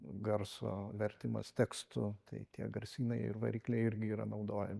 garso vertimas tekstu tai tie garsynai ir varikliai irgi yra naudojami